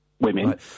Women